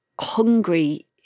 hungry